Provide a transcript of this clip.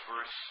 verse